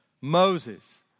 Moses